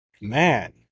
man